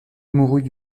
mourut